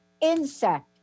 insect